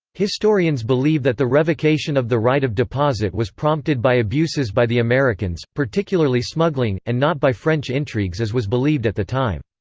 historians believe that the revocation of the right of deposit was prompted by abuses by the americans, particularly smuggling, and not by french intrigues as was believed at the time.